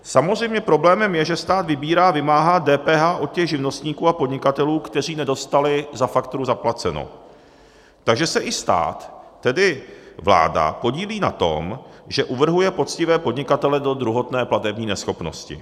Samozřejmě problémem je, že stát vybírá a vymáhá DPH od těch živnostníků a podnikatelů, kteří nedostali za fakturu zaplaceno, takže se i stát, tedy vláda, podílí na tom, že uvrhuje poctivé podnikatele do druhotné platební neschopnosti.